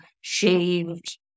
shaved